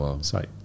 site